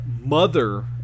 mother